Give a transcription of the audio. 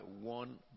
one